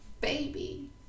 Baby